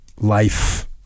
life